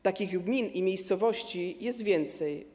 Takich gmin i miejscowości jest więcej.